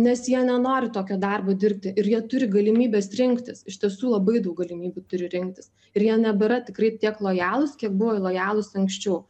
nes jie nenori tokio darbo dirbti ir jie turi galimybes rinktis iš tiesų labai daug galimybių turi rinktis ir jie nebėra tikrai tiek lojalūs kiek buvo lojalūs anksčiau